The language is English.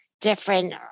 different